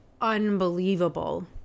unbelievable